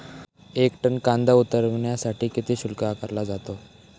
एक टन कांदा उतरवण्यासाठी किती शुल्क आकारला जातो?